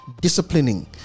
disciplining